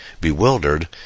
Bewildered